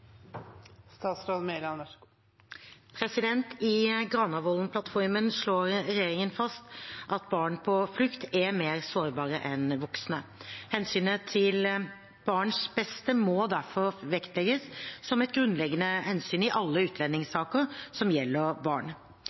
I Granavolden-plattformen slår regjeringen fast at barn på flukt er mer sårbare enn voksne. Hensynet til barnets beste må derfor vektlegges som et grunnleggende hensyn i alle utlendingssaker som gjelder barn.